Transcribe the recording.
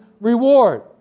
reward